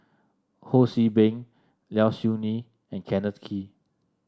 Ho See Beng Low Siew Nghee and Kenneth Kee